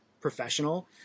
professional